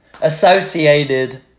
associated